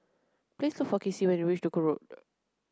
please look for Kacey when you reach Duku Road